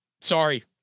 Sorry